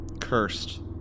Cursed